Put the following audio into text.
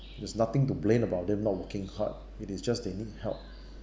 there's nothing to blame about them lah working hard it is just they need help